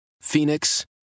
Phoenix